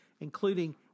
including